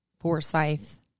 Forsyth